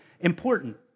important